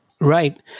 Right